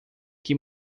que